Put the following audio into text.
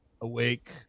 awake